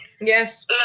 yes